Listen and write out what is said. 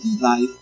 life